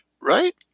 right